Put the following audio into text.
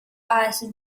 had